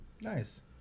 Nice